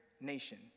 nation